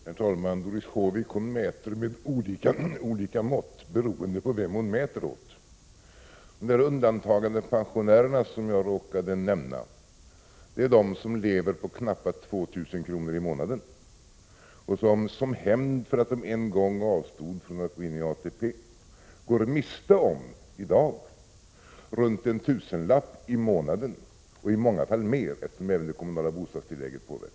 Herr talman! Doris Håvik mäter med olika mått beroende på vem hon mäter åt. Dessa undantagandepensionärer som jag råkade nämna är de som får leva på knappa 2 000 kr. i månaden, som hämnd för att de en gång avstod från att gå ini ATP. De går i dag miste om runt en tusenlapp i månaden, och i många fall mera eftersom även det kommunala bostadstillägget påverkas.